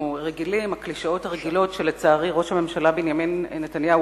הקלישאות הרגילות שלצערי ראש הממשלה בנימין נתניהו,